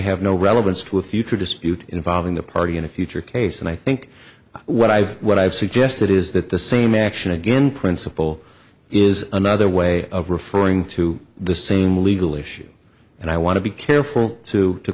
have no relevance to a future dispute involving the party in a future case and i think what i've what i've suggested is that the same action again principle is another way of referring to the same legal issue and i want to be careful to